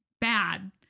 bad